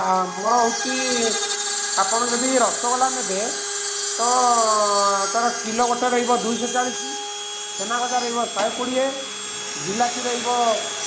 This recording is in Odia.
ଆମର ହେଉଛି ଆପଣ ଯଦି ରସଗୋଲା ନେବେ ତ କିଲୋ ଗୋଟିଏ ରହିବ ଦୁଇଶହ ଚାଳିଶ ଛେନାଗଜା ରହିବ ଶହେ କୋଡ଼ିଏ ଜିଲାପି ରହିବ